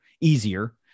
easier